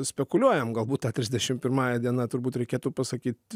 spekuliuojam galbūt ta trisdešimt pirmąja diena turbūt reikėtų pasakyt